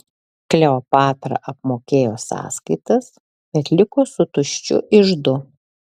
kleopatra apmokėjo sąskaitas bet liko su tuščiu iždu